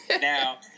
Now